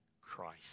Christ